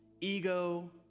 ego